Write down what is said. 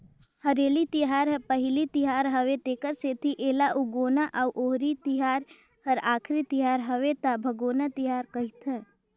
हरेली तिहार हर पहिली तिहार हवे तेखर सेंथी एला उगोना अउ होरी तिहार हर आखरी तिहर हवे त भागोना तिहार कहथें